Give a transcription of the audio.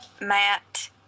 Matt